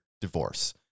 divorce